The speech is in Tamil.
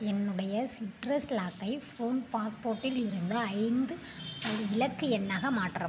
என்னுடைய சிட்ரஸ் லாக்கை ஃபோன் பாஸ்போட்டிலிருந்து ஐந்து இலக்கு எண்ணாக மாற்றவும்